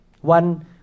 One